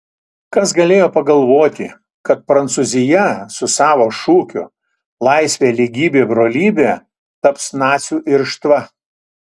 kas galėjo pagalvoti kad prancūzija su savo šūkiu laisvė lygybė brolybė taps nacių irštva